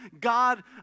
God